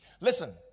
Listen